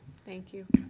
thank you.